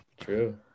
true